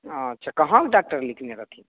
अच्छा कहाँके डाक्टर लिखने रहथिन